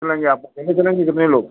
चलेंगे आप अकेले चलेंगी कितने लोग